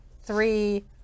Three